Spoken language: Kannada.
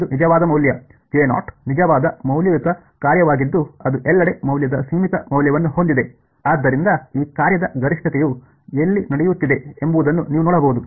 ಇದು ನಿಜವಾದ ಮೌಲ್ಯ ನಿಜವಾದ ಮೌಲ್ಯಯುತ ಕಾರ್ಯವಾಗಿದ್ದು ಅದು ಎಲ್ಲೆಡೆ ಮೌಲ್ಯದ ಸೀಮಿತ ಮೌಲ್ಯವನ್ನು ಹೊಂದಿದೆ ಆದ್ದರಿಂದ ಈ ಕಾರ್ಯದ ಗರಿಷ್ಠತೆಯು ಎಲ್ಲಿ ನಡೆಯುತ್ತಿದೆ ಎಂಬುದನ್ನು ನೀವು ನೋಡಬಹುದು